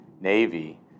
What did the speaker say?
Navy